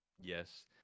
Yes